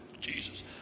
Jesus